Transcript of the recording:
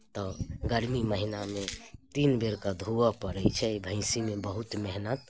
तऽ गर्मी महीनामे तीन बेरके धोअय पड़ैत छै भैँसीमे बहुत मेहनति